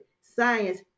Science